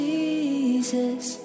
Jesus